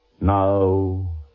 Now